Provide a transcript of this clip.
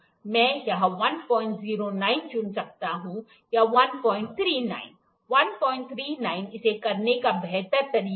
मैं यहां 109 चुन सकता हूं या 139 139 इसे करने का बेहतर तरीका है